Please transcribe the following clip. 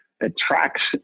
attracts